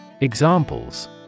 Examples